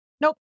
Nope